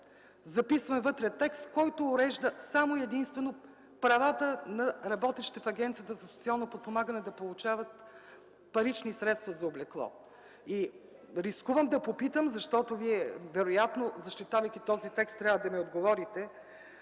запишем вътре текст, който урежда само и единствено правата на работещите в Агенцията за социално подпомагане – да получават парични средства за облекло. Рискувам да попитам и Вие, защитавайки този текст, трябва да ми отговорите.